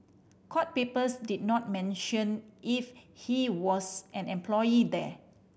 court papers did not mention if he was an employee there